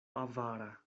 avara